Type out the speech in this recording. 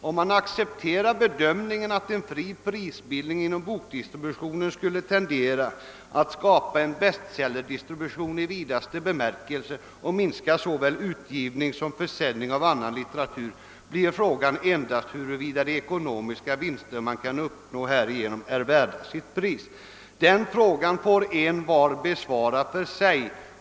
Om man accepterar bedömningen att en fri prisbildning inom bokdistributionen skulle tendera att skapa en bestseller-distribution i vidaste bemärkelse och minska såväl utgivning som försäljning av annan litteratur, blir frågan endast huruvida de ekonomiska vinster man kan uppnå härigenom är värda sitt pris. Den frågan får envar besvara för sig.